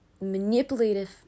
manipulative